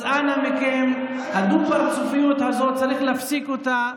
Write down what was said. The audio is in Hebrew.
אז אנא מכם, הדו-פרצופיות הזאת, צריך להפסיק אותה.